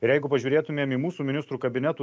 ir jeigu pažiūrėtumėm į mūsų ministrų kabinetų